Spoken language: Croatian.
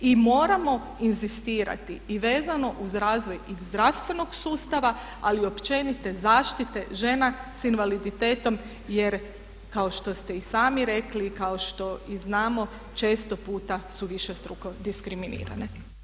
I moramo inzistirati i vezano uz razvoj i zdravstvenog sustava ali i općenite zaštite žena sa invaliditetom jer kao što ste i sami rekli, kao što i znamo često puta su višestruko diskriminirane.